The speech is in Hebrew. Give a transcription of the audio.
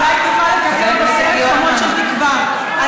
אולי תוכל לככב בסרט חומות של תקווה.